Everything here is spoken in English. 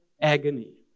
agony